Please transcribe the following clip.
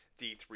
d3